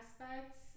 aspects